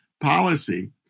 policy